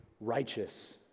righteous